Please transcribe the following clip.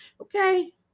Okay